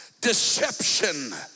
deception